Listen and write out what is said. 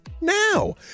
now